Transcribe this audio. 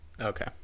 Okay